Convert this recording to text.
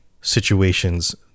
situations